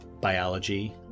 biology